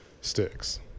sticks